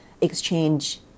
exchange